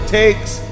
takes